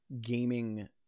gaming